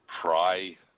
pry